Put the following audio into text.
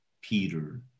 Peter